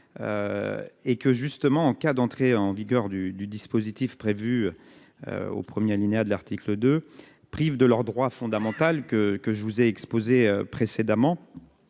et que justement en cas d'entrée en vigueur du du dispositif prévu au 1er alinéa de l'article 2 privent de leur droit fondamental que que je vous ai exposées précédemment